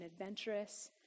adventurous